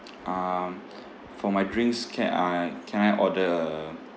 um for my drinks can I can I order a